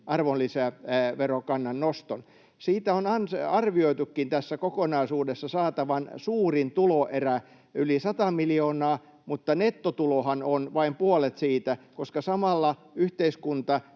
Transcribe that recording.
arvonlisäverokannan noston. Siitä on arvioitukin tässä kokonaisuudessa saatavan suurin tuloerä, yli 100 miljoonaa, mutta nettotulohan on vain puolet siitä, koska samalla yhteiskunta